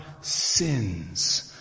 sins